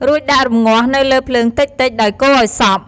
រួចដាក់រំងាស់នៅលើភ្លើងតិចៗ ដោយកូរឱ្យសព្វ។